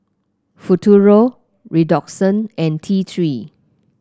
Futuro Redoxon and T Three